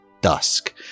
dusk